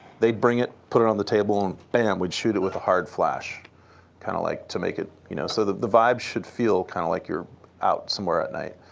they'd bring it, put it on the table, and bam, we'd shoot it with a hard flash kind of like to make it you know so that the vibe should feel kind of like you're out somewhere at night.